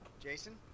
Jason